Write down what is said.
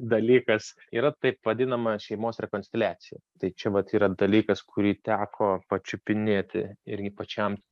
dalykas yra taip vadinama šeimos rekonstiliacija tai čia vat yra dalykas kurį teko pačiupinėti irgi pačiam